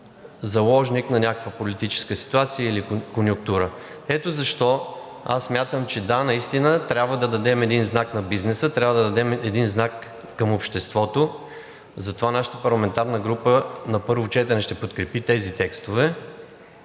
заложник на някаква политическа ситуация или конюнктура. Ето защо смятам, че – да, трябва да дадем знак на бизнеса, трябва да дадем знак към обществото. Затова нашата парламентарна група на първо четене ще подкрепи тези текстове.